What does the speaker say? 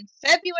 february